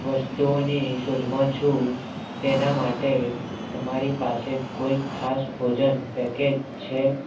વસ્તુઓની શોધમાં છું તેના માટે તમારી પાસે કોઈ ખાસ ભોજન પેકેજ છે